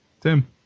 Tim